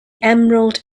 emerald